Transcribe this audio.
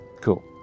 cool